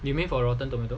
you mean for rotten tomato